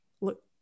look